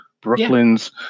Brooklyn's